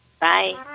Bye